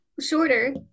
shorter